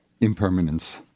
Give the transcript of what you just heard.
impermanence